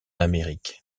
amérique